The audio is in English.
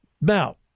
Now